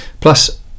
Plus